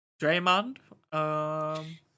Draymond